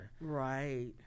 right